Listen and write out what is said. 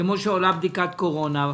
כפי שעולה בדיקת קורונה.